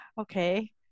okay